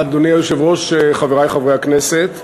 אדוני היושב-ראש, חברי חברי הכנסת,